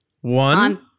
One